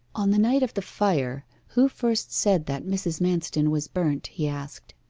on the night of the fire, who first said that mrs. manston was burnt he asked.